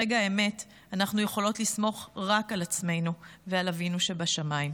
אנחנו יכולות לסמוך רק על עצמנו ועל אבינו שבשמיים.